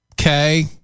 Okay